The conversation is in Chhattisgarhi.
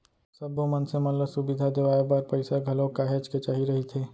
सब्बो मनसे मन ल सुबिधा देवाय बर पइसा घलोक काहेच के चाही रहिथे